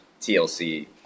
TLC